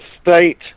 state